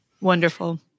Wonderful